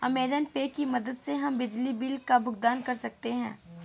Amazon Pay की मदद से हम बिजली बिल का भुगतान कर सकते हैं